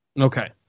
okay